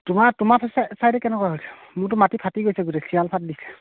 তোমাৰ তোমাৰ চাইডে কেনেকুৱা হৈছে মোৰতো মাটি ফাটি গৈছে গোটেই চিৰাল ফাট দিছে